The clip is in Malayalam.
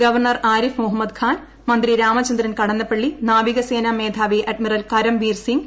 ഗവർണർ ആരിഫ് മുഹമ്മദ് ഖാൻ മന്ത്രി രാമചന്ദ്രൻ കടന്നപളളി നാവിക സേന മേധാവി അഡ്മിറൽ കരം വീർ സിംഗ്